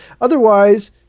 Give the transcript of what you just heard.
otherwise